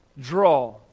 draw